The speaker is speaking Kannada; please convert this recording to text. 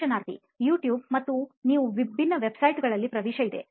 ಸಂದರ್ಶನಾರ್ಥಿ youtube ಮತ್ತು ನೀವು ವಿಭಿನ್ನ site ಗಳಲ್ಲಿ ಪ್ರವೇಶ ಇದೆ